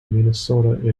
minnesota